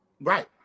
Right